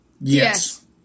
Yes